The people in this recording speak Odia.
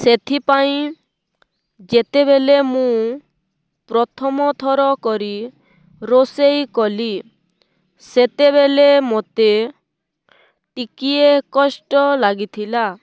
ସେଥିପାଇଁ ଯେତେବେଲେ ମୁଁ ପ୍ରଥମ ଥର କରି ରୋଷେଇ କଲି ସେତେବେଲେ ମୋତେ ଟିକିଏ କଷ୍ଟ ଲାଗିଥିଲା